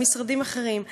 במשרדים אחרים,